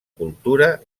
cultura